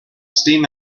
steam